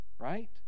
Right